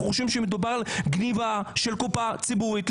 אנחנו חושבים שמדובר בגניבה לאור יום של הקופה הציבורית.